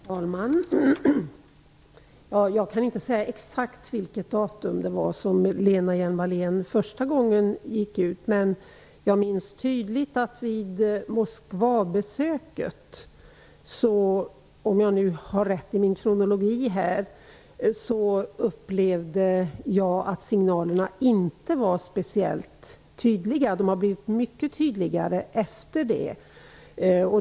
Herr talman! Jag kan inte säga exakt vilket datum som Lena Hjelm-Wallén första gången gick ut med det här. Men vid Moskvabesöket, om nu kronologin är riktig, upplevde jag att signalerna inte var speciellt tydliga. De har blivit mycket tydligare efter det.